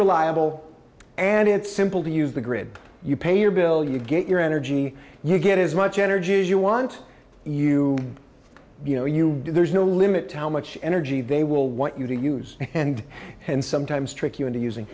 reliable and it's simple to use the grid you pay your bill you get your energy you get as much energy as you want you you know you do there's no limit to how much energy they will want you to use and and sometimes trick you into using